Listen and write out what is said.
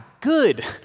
good